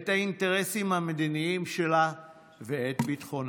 את האינטרסים המדיניים שלה ואת ביטחונה.